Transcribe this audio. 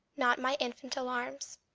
not my infant alarms.